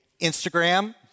Instagram